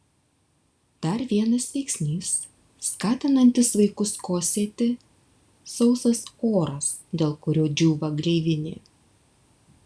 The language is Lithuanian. dar vienas veiksnys skatinantis vaikus kosėti sausas oras dėl kurio džiūva gleivinė